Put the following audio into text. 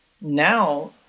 now